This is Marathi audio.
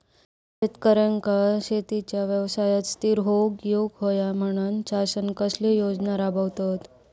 शेतकऱ्यांका शेतीच्या व्यवसायात स्थिर होवुक येऊक होया म्हणान शासन कसले योजना राबयता?